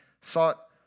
sought